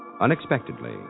unexpectedly